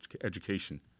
education